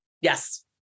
Yes